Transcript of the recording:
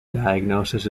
diagnosis